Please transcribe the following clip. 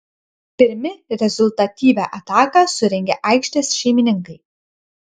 pirmi rezultatyvią ataką surengė aikštės šeimininkai